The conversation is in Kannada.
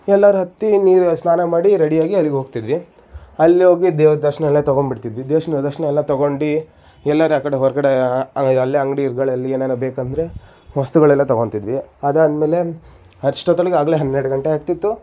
ಎಲ್ಲರೂ ಹತ್ತಿ ನೀರಲ್ಲಿ ಸ್ನಾನ ಮಾಡಿ ರೆಡಿಯಾಗಿ ಅಲ್ಲಿಗೆ ಹೋಗ್ತಿದ್ವಿ ಅಲ್ಲಿ ಹೋಗಿ ದೇವರ ದರ್ಶನ ಎಲ್ಲ ತೊಗೊಂಬಿಡ್ತಿದ್ವಿ ದೇಶ್ನ ದರ್ಶನ ಎಲ್ಲ ತೊಗೊಂಡು ಎಲ್ಲಾದ್ರು ಆ ಕಡೆ ಹೊರಗಡೆ ಅಲ್ಲೇ ಅಂಗಡಿಗಳಲ್ಲಿ ಏನಾದ್ರು ಬೇಕೆಂದರೆ ವಸ್ತುಗಳೆಲ್ಲ ತೊಗೊತಿದ್ವಿ ಅದಾದಮೇಲೆ ಅಷ್ಟೊತ್ತೊಳಗೆ ಆಗಲೇ ಹನ್ನೆರಡು ಗಂಟೆ ಆಗ್ತಿತ್ತು